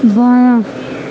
بایاں